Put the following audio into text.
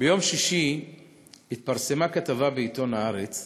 ביום שישי התפרסמה כתבה בעיתון "הארץ",